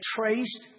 traced